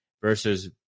versus